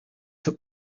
took